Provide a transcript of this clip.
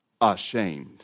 ashamed